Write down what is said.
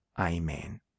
Amen